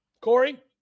Corey